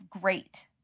great